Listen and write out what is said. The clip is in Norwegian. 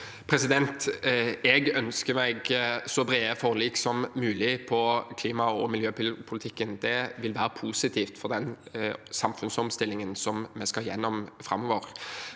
Jeg ønsker meg så brede forlik som mulig i klima- og miljøpolitikken. Det ville være positivt for den samfunnsomstillingen vi skal gjennom framover.